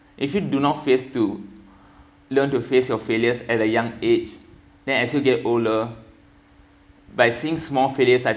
if you do not face to learn to face your failures at a young age then as you get older by seeing small failures I